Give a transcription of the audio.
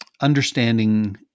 understanding